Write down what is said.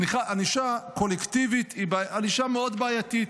ענישה קולקטיבית היא ענישה מאוד בעייתית.